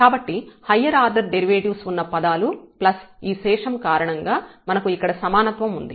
fnx0Rn కాబట్టి higher order derivatives ఉన్న పదాలు ప్లస్ ఈ శేషం కారణంగా మనకు ఇక్కడ సమానత్వం ఉంది